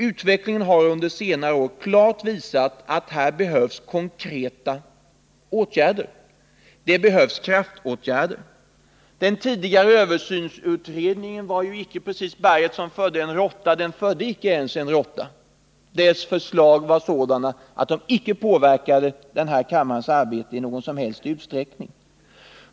Utvecklingen har under senare år klart visat att här behövs konkreta åtgärder. Det krävs kraftåtgärder. Den tidigare översynsutredningen var inte berget som födde en råtta — den födde nämligen inte ens en råtta. Dess förslag var sådana att de icke påverkade den här kammarens arbete i någon som helst utsträckning.